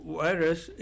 virus